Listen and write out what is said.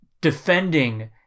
defending